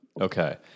Okay